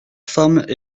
femmes